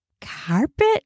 Carpet